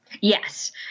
Yes